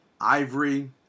Ivory